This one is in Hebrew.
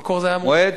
במקור זה היה אמור,